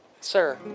Sir